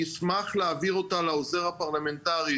אני חושבת שזה כבר אירוע רודף אירוע,